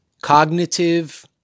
cognitive